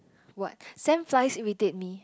what sand flies irritate me